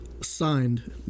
signed